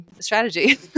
strategy